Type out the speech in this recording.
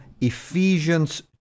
Ephesians